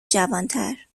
جوانتر